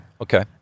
okay